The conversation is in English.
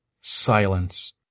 silence